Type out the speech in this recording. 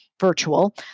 virtual